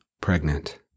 pregnant